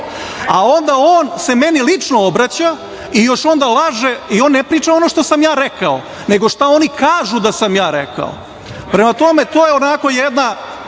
a onda on se meni lično obraća i još onda laže i on ne priča ono što sam ja rekao, nego šta oni kažu da sam ja rekao. Prema tome, to je onako jedna